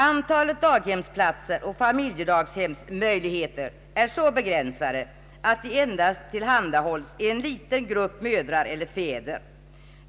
Antalet daghemsplatser och familjedaghemsplatser är ju så begränsat att det endast tillhandahålles en liten grupp mödrar eller fäder.